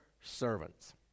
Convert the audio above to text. servants